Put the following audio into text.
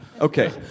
Okay